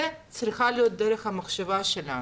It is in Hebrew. זו צריכה להיות דרך המחשבה שלנו,